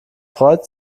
freut